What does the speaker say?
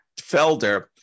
Felder